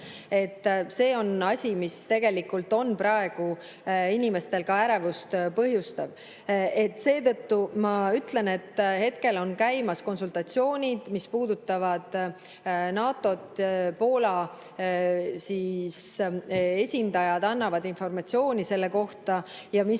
See on asi, mis tegelikult praegu inimestel ärevust põhjustab. Seetõttu ma ütlen, et hetkel on käimas konsultatsioonid, mis puudutavad NATO‑t. Poola esindajad annavad informatsiooni selle kohta. Ja mis